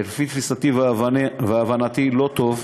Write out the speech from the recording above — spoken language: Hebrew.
שלפי תפיסתי והבנתי, לא טוב.